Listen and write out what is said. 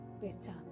better